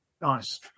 Nice